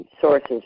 sources